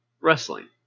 Wrestling